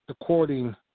according